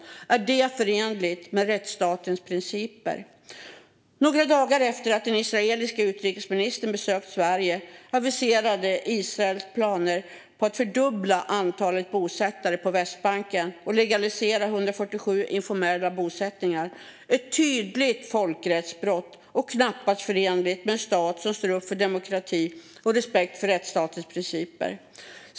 Är det förenligt med rättsstatens principer? Några dagar efter att den israeliske utrikesministern besökt Sverige aviserade Israel planer på att fördubbla antalet bosättare på Västbanken och legalisera 147 informella bosättningar - ett tydligt folkrättsbrott och knappast förenligt med en stat som står upp för demokrati och respekt för rättsstatens principer.